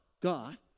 God